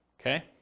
Okay